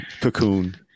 cocoon